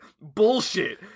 bullshit